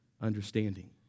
understanding